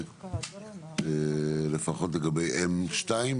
לפחות לגבי M2,